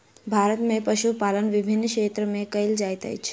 भारत में पशुपालन विभिन्न क्षेत्र में कयल जाइत अछि